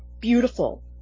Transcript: beautiful